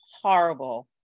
horrible